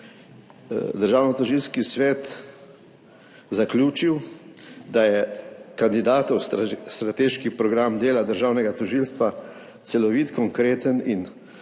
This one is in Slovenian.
Državnotožilski svet zaključil, da je kandidatov strateški program dela državnega tožilstva celovit, konkreten in